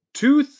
two